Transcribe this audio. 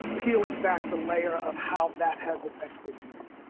peeling back the layer of how that has affected me